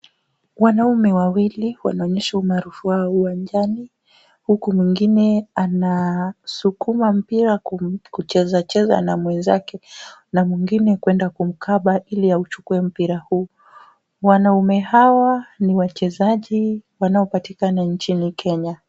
Wanaume wawili wanaonyesha umaarufu wao uwanjani huku mwingine anasukuma mpira kucheza cheza na mwenzake na mwingine kuenda kumkaba ili auchukue mpira huu. Wanaume hawa ni wachezaji wanaopatikana nchini Kenya.